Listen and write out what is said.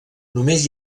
només